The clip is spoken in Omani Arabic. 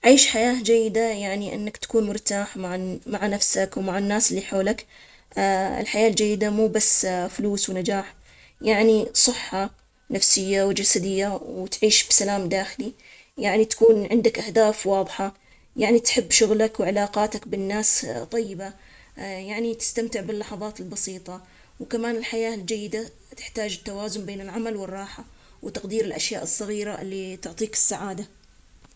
عيشك حياة جيدة, يعني التوازن بين الصحة النفسية, والصحة الجسدية, والراحة والسعادة يعني يكون لك علاقات طيبة مع الناس, وتحقيق أهدافك وطموحاتك, زوين الإستمتاع باللحظات البسيطة, والعيش في لحظة الحاضر, والأهم إنك تكون راضي عن نفسك, و تقدر تعيش بسلام.